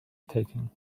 taking